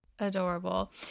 Adorable